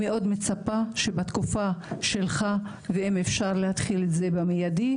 שבתקופה שלך ואם אפשר להתחיל את זה במיידי,